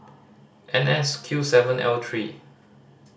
N S Q seven L three